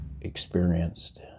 experienced